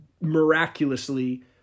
miraculously